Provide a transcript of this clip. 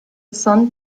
sun